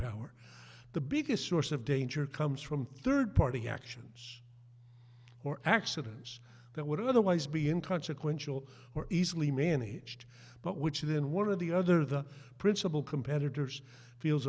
power the biggest source of danger comes from third party actions or accidents that would otherwise be in consequential or easily managed but which then one of the other the principal competitors feels